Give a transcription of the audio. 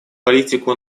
политику